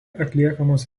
atliekamas